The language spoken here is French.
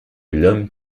l’homme